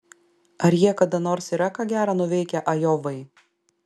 ar jie kada nors yra ką gera nuveikę ajovai